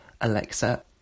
Alexa